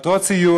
לגבי מטרות סיוע,